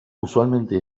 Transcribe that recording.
usualmente